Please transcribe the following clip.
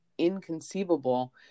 inconceivable